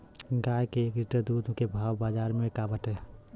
गाय के एक लीटर दूध के भाव बाजार में का बाटे?